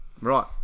Right